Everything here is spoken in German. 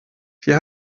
hier